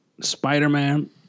Spider-Man